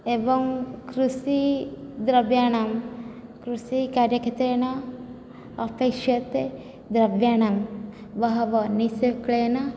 एवं कृषिद्रव्याणां कृषिकार्यक्षेत्रेण अपेक्ष्यते द्रव्याणां बहवः निश्शुल्केन